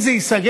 אם זה ייסגר,